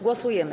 Głosujemy.